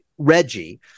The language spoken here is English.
Reggie